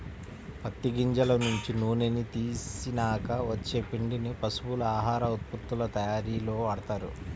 పత్తి గింజల నుంచి నూనెని తీసినాక వచ్చే పిండిని పశువుల ఆహార ఉత్పత్తుల తయ్యారీలో వాడతారు